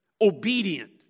obedient